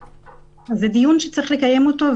זה דיון שצריך לקיים אותו,